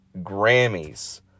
Grammys